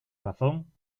razón